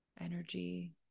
energy